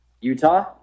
Utah